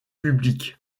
public